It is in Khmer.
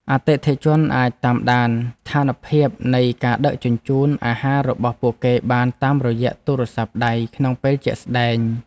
អតិថិជនអាចតាមដានស្ថានភាពនៃការដឹកជញ្ជូនអាហាររបស់ពួកគេបានតាមរយៈទូរស័ព្ទដៃក្នុងពេលជាក់ស្តែង។